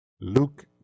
Luke